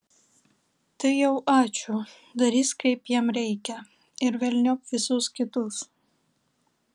tai jau ačiū darys kaip jam reikia ir velniop visus kitus